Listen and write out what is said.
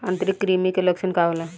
आंतरिक कृमि के लक्षण का होला?